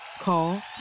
Call